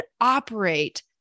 operate